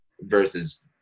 versus